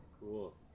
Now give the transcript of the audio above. cool